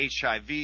HIV